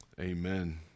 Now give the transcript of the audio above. Amen